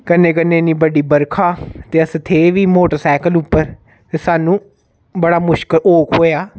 कन्नै कन्नै इन्नी बड्डी बरखां ते अस थे बी मोटर सैकल उप्पर ते सानूं बड़ा मुशकल औक्ख होएआ